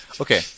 okay